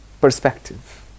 perspective